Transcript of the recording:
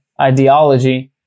ideology